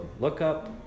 lookup